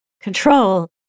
control